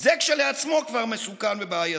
זה כשלעצמו כבר מסוכן ובעייתי.